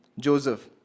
Joseph